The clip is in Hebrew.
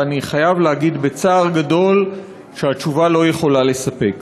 ואני חייב להגיד בצער גדול שהתשובה לא יכולה לספק.